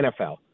NFL